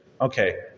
Okay